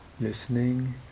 listening